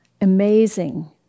amazing